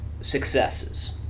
successes